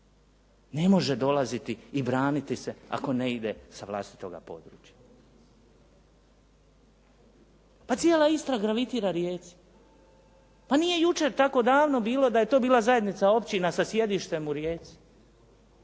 ne može dolaziti i braniti se ako ne ide sa vlastitoga područja. Pa cijela Istra gravitira Rijeci. Pa nije jučer tako davno bilo da je to bila zajednica općina sa sjedištem u Rijeci.